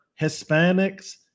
Hispanics